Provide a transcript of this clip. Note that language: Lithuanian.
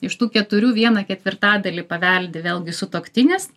iš tų keturių vieną ketvirtadalį paveldi vėlgi sutuoktinis